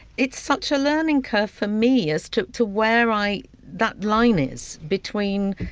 it's such a learning curve for me as to to where i that line is between